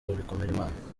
bikorimana